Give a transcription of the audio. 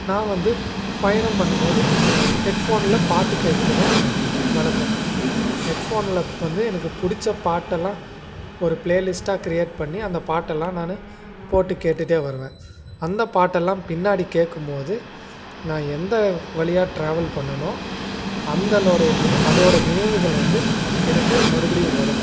நான் வந்து பயணம் பண்ணும்போது ஹெட்ஃபோன்ல பாட்டு கேட்பதும் வழக்கம் ஹெட்ஃபோன்ல வந்து எனக்கு பிடிச்ச பாட்டெலாம் ஒரு ப்ளே லிஸ்ட்டாக க்ரியேட் பண்ணி அந்த பாட்டெலாம் நான் போட்டு கேட்டுட்டே வருவேன் அந்த பாட்டெலாம் பின்னாடி கேட்கும்போது நான் எந்த வழியாக ட்ராவல் பண்ணேனோ அந்தனோடைய அதோடய நினைவுகள் வந்து எனக்கு மறுபடியும் வரும்